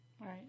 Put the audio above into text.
right